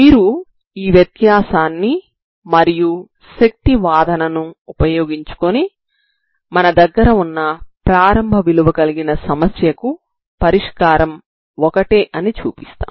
మీరు ఈ వ్యత్యాసాన్ని మరియు శక్తి వాదనను ఉపయోగించుకొని మన దగ్గర వున్న ప్రారంభ విలువ కలిగిన సమస్యకు పరిష్కారం ఒకటే అని చూపిస్తాము